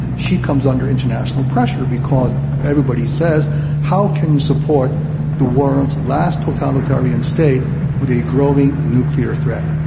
she comes under international pressure because everybody says how can you support the world's last totalitarian state with a growing nuclear threat?